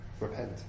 repent